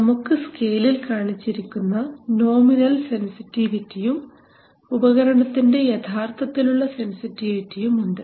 നമുക്ക് സ്കെയിലിൽ കാണിച്ചിരിക്കുന്ന നോമിനൽ സെൻസിറ്റിവിറ്റിയും ഉപകരണത്തിൻറെ യഥാർത്ഥത്തിലുള്ള സെൻസിറ്റിവിറ്റിയും ഉണ്ട്